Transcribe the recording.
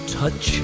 touch